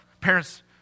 Parents